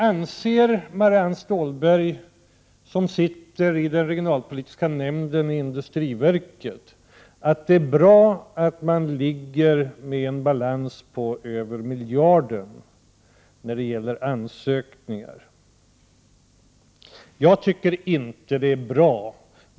Anser Marianne Stålberg, som sitter i den regionalpolitiska nämnden i industriverket, att det är bra att man har en balans på över miljarden när det gäller ansökningar? Jag tycker inte att det är bra.